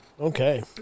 Okay